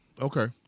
Okay